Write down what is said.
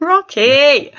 Rocky